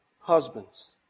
husbands